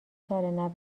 سال